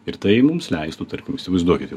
ir tai mums leistų tarkim įsivaizduokit jau